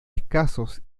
escasos